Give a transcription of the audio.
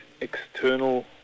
external